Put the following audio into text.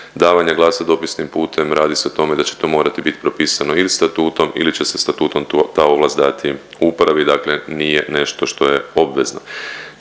davanja glasa dopisnim putem radi se o tome da će to morati biti propisano ili statutom ili će se statutom ta ovlast dati upravi dakle nije nešto što je obvezno.